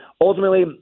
ultimately